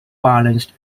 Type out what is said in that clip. balanced